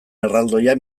erraldoia